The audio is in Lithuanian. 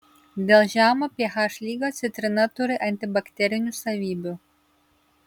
dėl žemo ph lygio citrina turi antibakterinių savybių